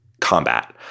combat